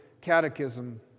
Catechism